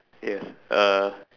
yes uh